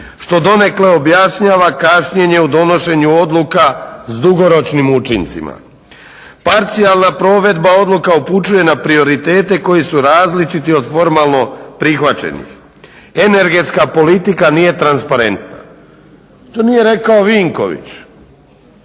što donekle objašnjava kašnjenje u donošenju odluka s dugoročnim učincima. Parcijalna provedba odluka upućuje na prioritete koji su različiti od formalno prihvaćenih. Energetska politika nije transparentna. To nije rekao Vinković,